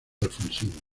alfonsín